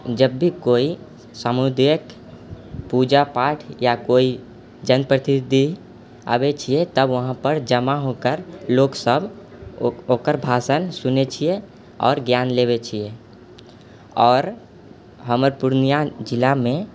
जब भी कोइ सामुदायिक पूजा पाठ या कोइ जनप्रतिनिधि आबै छियै तब वहाँपर जमा हो कर लोकसब ओकर भाषण सुनै छियै आओर ज्ञान लेबे छियै आओर हमर पूर्णिया जिलामे